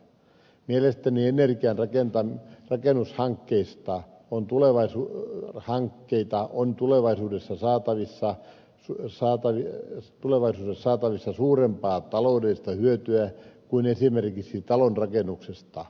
mielestäni energian rakennushankkeista on tulevaisuudessa saatavissa suur sampo ja tulevan lissabonissa suurempaa taloudellista hyötyä kuin esimerkiksi talonrakennuksesta